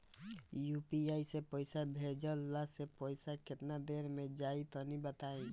UPI से पईसा भेजलाऽ से पईसा केतना देर मे जाई तनि बताई?